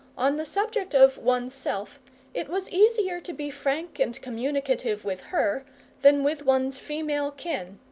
on the subject of one's self it was easier to be frank and communicative with her than with one's female kin.